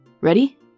Ready